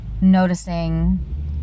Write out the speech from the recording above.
noticing